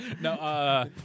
no